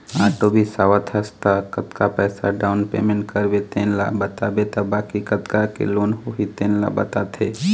auto बिसावत हस त कतका पइसा डाउन पेमेंट करबे तेन ल बताबे त बाकी कतका के लोन होही तेन ल बताथे